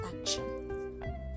action